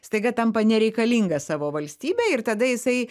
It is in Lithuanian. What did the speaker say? staiga tampa nereikalingas savo valstybei ir tada jisai